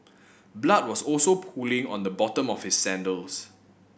blood was also pooling on the bottom of his sandals